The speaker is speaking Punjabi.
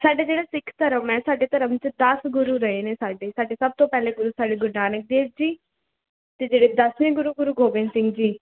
ਸਾਡਾ ਜਿਹੜਾ ਸਿੱਖ ਧਰਮ ਹੈ ਸਾਡੇ ਧਰਮ 'ਚ ਦਸ ਗੁਰੂ ਰਹੇ ਨੇ ਸਾਡੇ ਸਾਡੇ ਸਭ ਤੋਂ ਪਹਿਲੇ ਗੁਰੂ ਸਾਡੇ ਗੁਰੂ ਨਾਨਕ ਦੇਵ ਜੀ ਅਤੇ ਜਿਹੜੇ ਦਸਵੇਂ ਗੁਰੂ ਗੁਰੂ ਗੋਬਿੰਦ ਸਿੰਘ ਜੀ